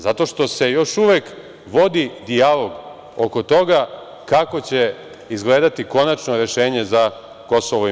Zato što se još uvek vodi dijalog oko toga kako će izgledati konačno rešenje za KiM.